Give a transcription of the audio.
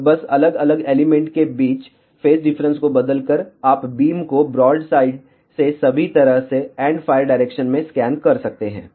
और बस अलग अलग एलिमेंट के बीच फेज डिफरेंस को बदलकर आप बीम को ब्रॉडसाइड से सभी तरह से एंडफ़ायर डायरेक्शन में स्कैन कर सकते हैं